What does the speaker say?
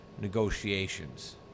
negotiations